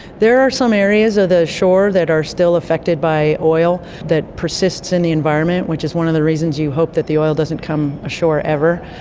there are some areas of the shore that are still affected by oil that persists in the environment, which is one of the reasons you hope that the oil doesn't come ashore ever.